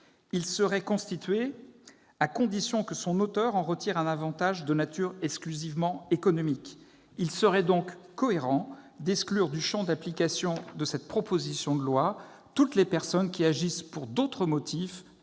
Il serait constitué à la condition que son auteur en retire un avantage de nature exclusivement économique. Il serait donc cohérent d'exclure du champ d'application de cette proposition de loi toutes les personnes qui agissent pour d'autres motifs